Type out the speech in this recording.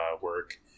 work